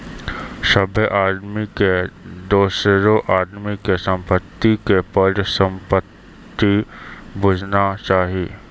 सभ्भे आदमी के दोसरो आदमी के संपत्ति के परसंपत्ति बुझना चाही